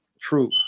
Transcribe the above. true